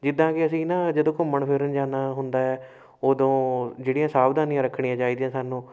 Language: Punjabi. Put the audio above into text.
ਜਿੱਦਾਂ ਕਿ ਅਸੀਂ ਨਾ ਜਦੋਂ ਘੁੰਮਣ ਫਿਰਨ ਜਾਣਾ ਹੁੰਦਾ ਉਦੋਂ ਜਿਹੜੀਆਂ ਸਾਵਧਾਨੀਆਂ ਰੱਖਣੀਆਂ ਚਾਹੀਦੀਆਂ ਸਾਨੂੰ